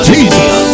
Jesus